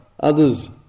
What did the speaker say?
Others